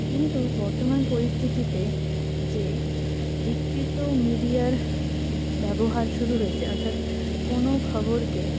কিন্তু বর্তমান পরিস্থিতিতে যে বিকৃত মিডিয়ার ব্যবহার শুরু হয়েছে অর্থাৎ কোনও খবরকে